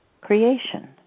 creation